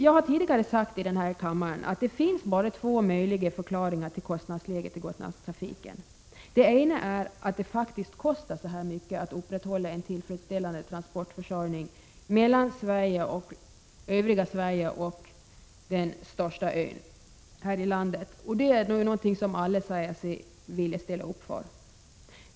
Jag har tidigare sagt här i kammaren att det bara finns två möjliga förklaringar till kostnadsläget i Gotlandstrafiken. Den ena är att det faktiskt kostar så här mycket att upprätthålla en tillfredsställande transportförsörjning mellan det övriga Sverige och den största ön i landet — och det är ju någonting som alla säger sig vilja ställa upp för.